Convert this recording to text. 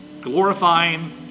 glorifying